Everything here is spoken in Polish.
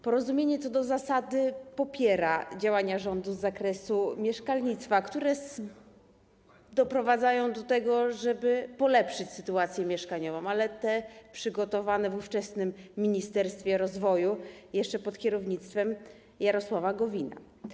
Porozumienie co do zasady popiera działania rządu z zakresu mieszkalnictwa, które doprowadzają do polepszenia sytuacji mieszkaniowej, ale chodzi o te działania przygotowane w ówczesnym ministerstwie rozwoju jeszcze pod kierownictwem Jarosława Gowina.